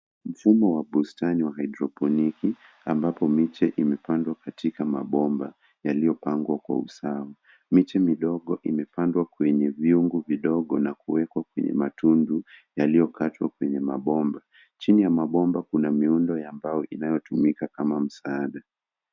Mfumo wa bustani wa hydroponiki ambapo miche imepandwa katika mabomba yayilopangwa kwa usawa. Miche midogo imepandwa kwenye vyungu vidogo na kuwekwa kwenye matundu yaliyokatwa kwenye mabomba. Chini ya mabomba kuna miundo ya mbao inayotumika kama msaada.